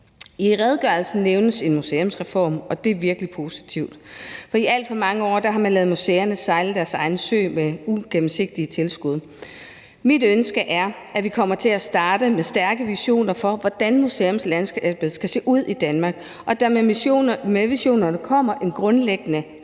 I redegørelsen nævnes en museumsreform, og det er virkelig positivt, for i alt for mange år har man ladet museerne sejle deres egen sø med uigennemsigtige tilskud. Mit ønske er, at vi kommer til at starte med stærke visioner for, hvordan museumslandskabet skal se ud i Danmark, og at der med visionerne kommer en grundlæggende